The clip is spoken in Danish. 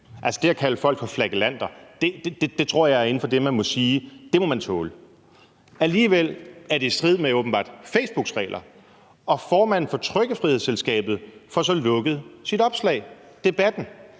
det at kalde folk for flagellanter tror jeg er inden for det, vi må sige at man må tåle. Alligevel er det åbenbart i strid med Facebooks regler, og formanden for Trykkefrihedsselskabet får så lukket sit opslag og debatten.